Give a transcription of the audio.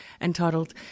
entitled